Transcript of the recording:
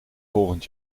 volgend